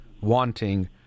wanting